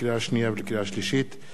לקריאה שנייה ולקריאה שלישית: